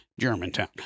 Germantown